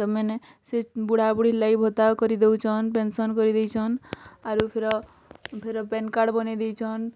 ସେମାନେ ସେ ବୁଢ଼ା ବୁଢୀ ଲାଗି ଭତ୍ତା କରିଦଉଛନ୍ ପେନ୍ସନ୍ କରି ଦେଇଛନ୍ ଆରୁ ଫିର ଫିର ପ୍ୟାନ୍ କାର୍ଡ଼୍ ବନେଇଁ ଦେଇଛନ୍